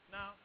Now